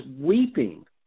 weeping